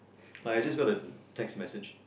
like I just got a text message